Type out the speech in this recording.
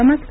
नमस्कार